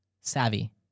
savvy